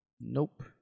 Nope